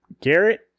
Garrett